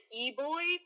e-boy